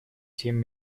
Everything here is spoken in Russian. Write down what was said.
семь